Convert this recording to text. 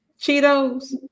Cheetos